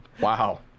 wow